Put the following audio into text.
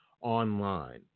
online